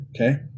okay